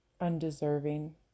undeserving